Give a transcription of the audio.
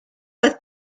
oedd